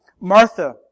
Martha